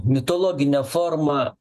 mitologinę formą